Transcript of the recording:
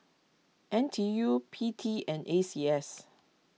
N T U P T and A C S